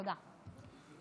תודה.